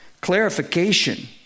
clarification